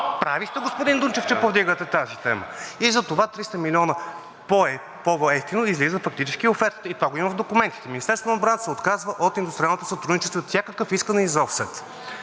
Прави сте, господин Дунчев, че повдигате тази тема. И затова 300 милиона по-евтино излиза фактически офертата. И това го има в документите. Министерството на отбраната се отказва от индустриалното сътрудничество и от всякакви искания за офсет,